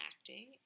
acting